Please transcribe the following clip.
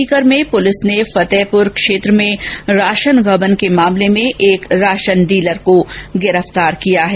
सीकर के फतेहपुर क्षेत्र में राशन गबन के मामले में एक राशन डीलर को गिरफ्तार किया गया